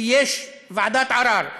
כי יש ועדת ערר.